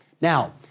Now